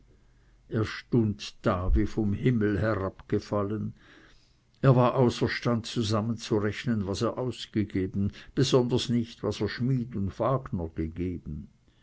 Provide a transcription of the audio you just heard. er stund da wie vom himmel herabgefallen er war außerstand zusammenzurechnen was er ausgegeben besonders nicht was er schmied und wagner gegeben